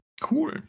Cool